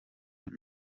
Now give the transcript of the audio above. nka